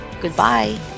Goodbye